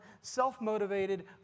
self-motivated